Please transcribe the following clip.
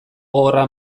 gogorra